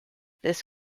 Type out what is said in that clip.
this